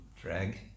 drag